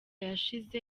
yashize